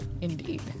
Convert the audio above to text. Indeed